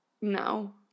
No